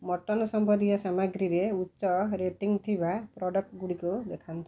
mutton ସମ୍ବନ୍ଧୀୟ ସାମଗ୍ରୀରେ ଉଚ୍ଚ ରେଟିଙ୍ଗ ଥିବା ପ୍ରଡ଼କ୍ଟ ଗୁଡ଼ିକୁ ଦେଖାନ୍ତୁ